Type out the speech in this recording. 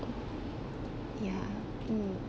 ya mm